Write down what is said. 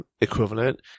equivalent